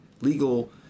legal